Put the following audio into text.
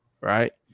right